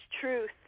truth